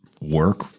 work